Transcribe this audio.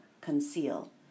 conceal